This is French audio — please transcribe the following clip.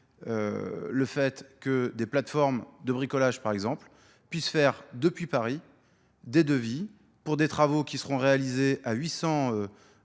le fait que des plateformes de bricolage, par exemple, puissent faire depuis Paris des devis pour des travaux qui seront réalisés à 800